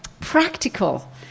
practical